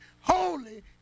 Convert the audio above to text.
holy